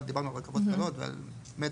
יודע